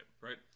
right